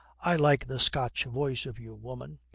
i like the scotch voice of you, woman.